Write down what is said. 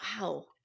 wow